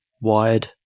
wired